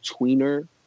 tweener